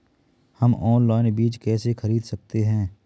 हम ऑनलाइन बीज कैसे खरीद सकते हैं?